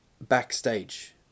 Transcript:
backstage